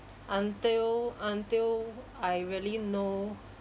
until until I really know